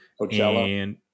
Coachella